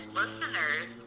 listeners